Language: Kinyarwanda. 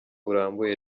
burambuye